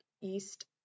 East